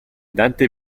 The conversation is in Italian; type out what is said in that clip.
dante